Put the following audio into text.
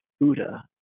Buddha